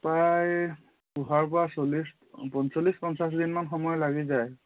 প্ৰায় পোহাৰ পৰা চল্লিচ পঞ্চল্লিচ পঞ্চাচ দিনমান সময় লাগি যায়